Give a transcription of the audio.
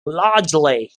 largely